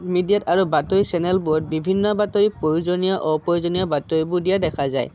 মিডিয়াত আৰু বাতৰি চেনেলবোৰত বিভিন্ন বাতৰি প্ৰয়োজনীয় অপ্ৰয়োজনীয় বাতৰিবোৰ দিয়া দেখা যায়